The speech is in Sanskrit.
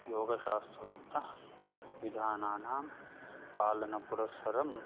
योगशास्त्रोक्त विधानानां पालनपुरस्सरं